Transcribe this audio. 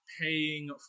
paying